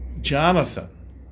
Jonathan